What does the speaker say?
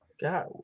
God